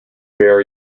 bear